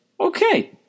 okay